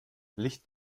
licht